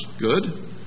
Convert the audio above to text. good